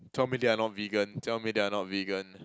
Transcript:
tell me they're not vegan tell me they're not vegan